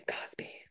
Cosby